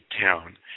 town